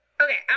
okay